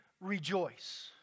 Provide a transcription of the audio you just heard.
rejoice